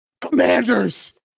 commanders